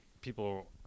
people